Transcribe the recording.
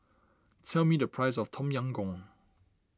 tell me the price of Tom Yam Goong